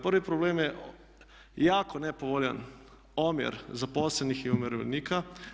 Prvi problem je jako nepovoljan omjer zaposlenih i umirovljenika.